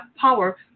power